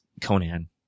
conan